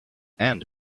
and